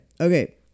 Okay